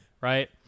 right